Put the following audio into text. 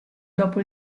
dopo